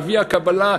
אבי הקבלה,